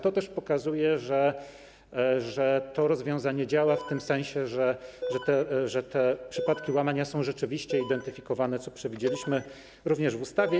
To też pokazuje, że to rozwiązanie działa w tym sensie, że te przypadki łamania są rzeczywiście identyfikowane, co przewidzieliśmy również w ustawie.